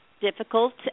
difficult